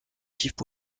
type